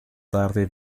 tarde